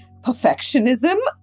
perfectionism